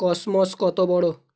cosmos কত বড়